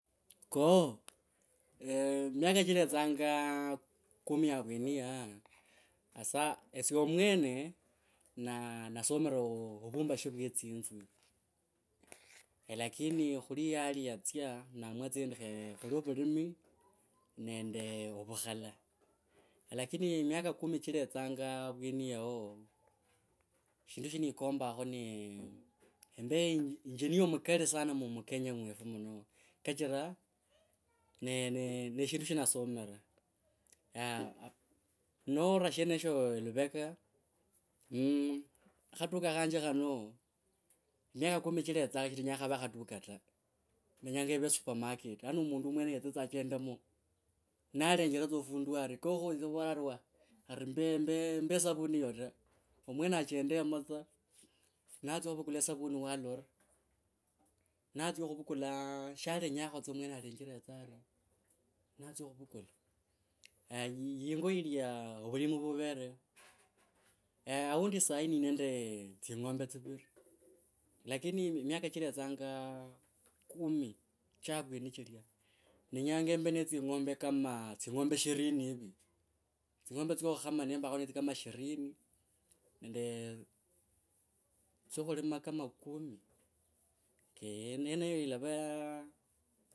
Koo, miaka chiletsanga kumi avweni yaa hasa esye omwene na nasomira oo, ovumbashi uwe tsinzu lakini khuli hali yatsia ne naamua, kho khole vulimi nende ovukhala. Lakini miaka kumi chiletsanga avweni yao shindu sha nikombanga ni embe. Engineer mukali sana mu kenya mwefu muno kachira ne shindu sha ndasomera. nora shenesho luveka mmh khatuka khanje khano. Miaka kumi chiletsanga nenya khave khaduka nenyanga eve supamarket yaani mundu mwene yetse tsa achendemo nalenjera tsa otundu arii kokhuvola ari waah mbe esavuni eyo ta omwene achendemo tsa natsia khuvukula sh alenyakho tsa mwene alenjere tsa ari natsia khuvukala. yingo yilya ovulimi vuvereye aundi sahi nivere nende tsya khulima kama ke yeneyo yilava. Nonyanya, mpaka oulra vunulu. vukulu yinyama yiye ra khwi pesheni yao yisinje vulayi nende a matsi malafu, alafu uirusye va khushifuria shilafu kando ne vukula tsa yosi noyira khushifuria shindi shilafu.